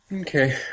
Okay